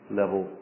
level